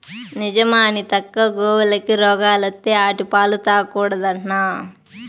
నిజమా అనితక్కా, గోవులకి రోగాలత్తే ఆటి పాలు తాగకూడదట్నా